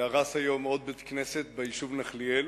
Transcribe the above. שהרס היום עוד בית-כנסת ביישוב נחליאל.